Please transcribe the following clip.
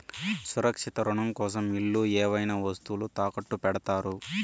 సురక్షిత రుణం కోసం ఇల్లు ఏవైనా వస్తువులు తాకట్టు పెడతారు